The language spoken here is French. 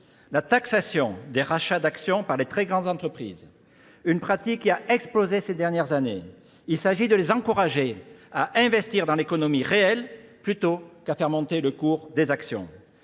La taxation des rachats d'actions par les très grandes entreprises, une pratique qui a explosé ces dernières années. Il s'agit de les encourager à investir dans l'économie réelle plutôt qu'à faire monter le cours des actions.